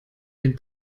den